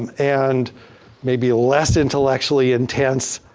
and and maybe less intellectually intense